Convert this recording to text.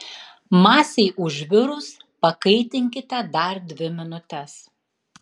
masei užvirus pakaitinkite dar dvi minutes